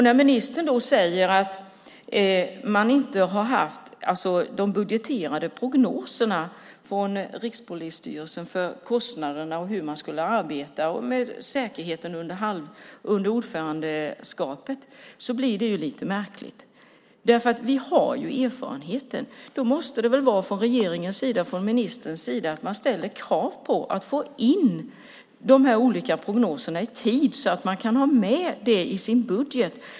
När ministern säger att man inte haft de budgeterade prognoserna från Rikspolisstyrelsen för kostnaderna och hur man skulle arbeta med säkerheten under ordförandeskapet blir det lite märkligt. Vi har erfarenheten. Man måste från ministerns sida ställa krav på att få in prognoserna i tid så att man kan ha med det i sin budget.